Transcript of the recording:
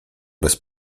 bez